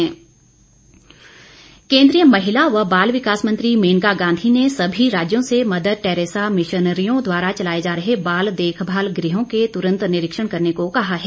मेनका गाँधी केंद्रीय महिला व बाल विकास मंत्री मेनका गांधी ने सभी राज्यों से मदरटैरेसा मिशनरियों द्वारा चलाये जा रहे बाल देखमाल गृहों के तुरन्त निरीक्षण करने को कहा है